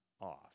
off